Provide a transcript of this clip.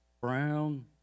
Brown